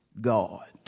God